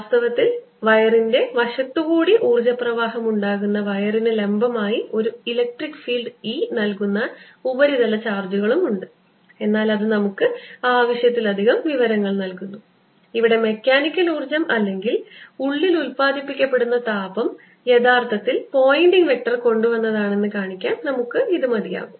വാസ്തവത്തിൽ വയറിന്റെ വശത്തുകൂടി ഊർജ്ജ പ്രവാഹം ഉണ്ടാക്കുന്ന വയറിന് ലംബമായി ഒരു E ഫീൽഡ് നൽകുന്ന ഉപരിതല ചാർജുകളും ഉണ്ട് എന്നാൽ അത് നമുക്ക് ആവശ്യത്തിലധികം വിവരങ്ങൾ നൽകുന്നു ഇവിടെ മെക്കാനിക്കൽ ഊർജ്ജം അല്ലെങ്കിൽ ഉള്ളിൽ ഉത്പാദിപ്പിക്കപ്പെടുന്ന താപം യഥാർത്ഥത്തിൽ പോയിന്റിംഗ് വെക്റ്റർ കൊണ്ടുവന്നതാണെന്ന് കാണിക്കാൻ നമുക്ക് ഇത് മതിയാകും